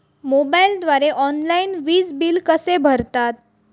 मोबाईलद्वारे ऑनलाईन वीज बिल कसे भरतात?